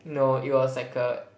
no it was like a